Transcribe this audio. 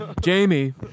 Jamie